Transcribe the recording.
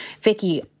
Vicky